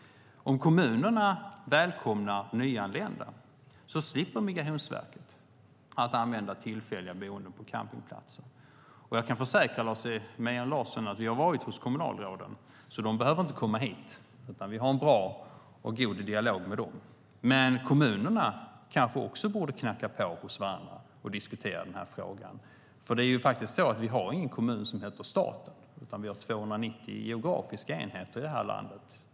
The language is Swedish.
Om kommunerna välkomnar nyanlända slipper Migrationsverket använda tillfälliga boenden på campingplatser. Jag kan försäkra Lars Mejern Larsson att vi har varit hos kommunalråden, så de behöver inte komma hit. Vi har en bra och god dialog med dem. Men kommunerna kanske också borde knacka på hos varandra och diskutera den här frågan. Vi har ingen kommun som heter staten, utan vi har 290 geografiska enheter i detta land.